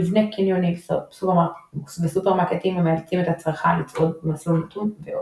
מבנה קניונים וסופרמרקטים המאלצים את הצרכן לצעוד במסלול נתון ועוד.